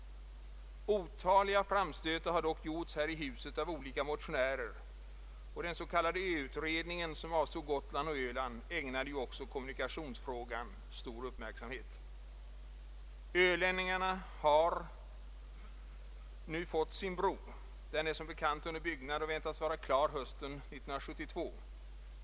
Otaliga framstötar har dock gjorts här i huset av olika motionärer, och den s.k. ö-utredningen, som avsåg Gotland och Öland, ägnade ju även kommunikationsfrågan stor uppmärksamhet. Ölänningarna har nu fått sin bro. Den är som bekant under byggnad och väntas bli klar hösten 1972.